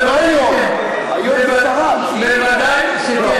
האם זאת הייתה החלטה שלכם?